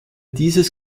dieses